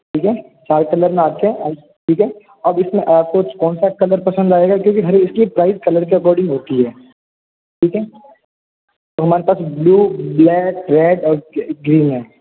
ठीक है five colour मैं आते हैं ठीक है अब इसमें आपको कौन सा कलर पसंद आएगा क्योंकि हर इसकी प्राइस कलर के अकॉर्डिंग होती है ठीक है तो हमारे पास ब्लू ब्लैक रेड और ग्रीन है